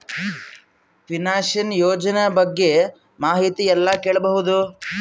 Pension ಯೋಜನ ಬಗ್ಗೆ ಮಾಹಿತಿ ಎಲ್ಲ ಕೇಳಬಹುದು?